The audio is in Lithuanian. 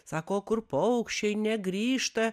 sako o kur paukščiai negrįžta